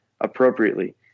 appropriately